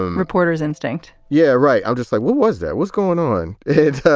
um reporter's instinct yeah, right. i'm just like, what was that was going on it.